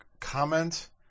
comment